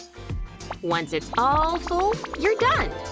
once it's all full, you're done!